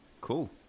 Cool